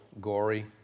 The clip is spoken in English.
gory